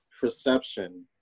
perception